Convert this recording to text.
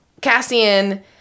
cassian